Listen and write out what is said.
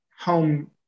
home